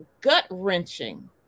gut-wrenching